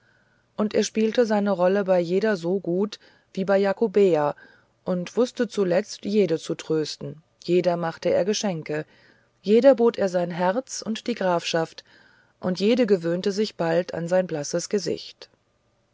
und er spielte seine rolle bei jeder so gut wie bei jakobea und wußte zuletzt jede zu trösten jeder machte er geschenke jeder bot er sein herz und die grafschaft und jede gewöhnte sich bald an sein blasses gesicht